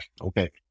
Okay